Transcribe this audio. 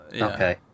okay